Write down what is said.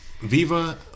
Viva